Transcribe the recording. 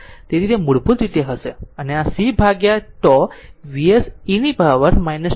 તેથી તે મૂળભૂત રીતે હશે અને આ c ભાગ્યા τ Vs e પાવર tτ છે